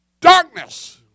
Darkness